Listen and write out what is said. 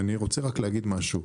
אני רוצה להגיד משהו,